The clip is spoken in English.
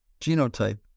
genotype